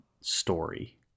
story